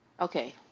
Okay